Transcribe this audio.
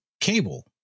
cable